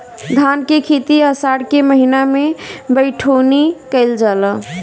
धान के खेती आषाढ़ के महीना में बइठुअनी कइल जाला?